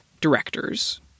directors